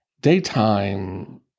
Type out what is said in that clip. daytime